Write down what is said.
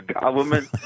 government